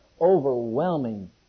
overwhelming